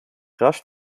rasch